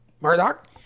murdoch